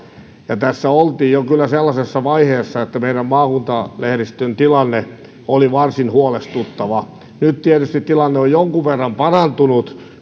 ja tässä oltiin jo kyllä sellaisessa vaiheessa että meidän maakuntalehdistön tilanne oli varsin huolestuttava nyt tietysti tilanne on jonkin verran parantunut